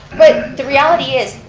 but the reality is,